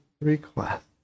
request